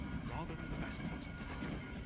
rather than the best person for the job?